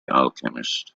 alchemist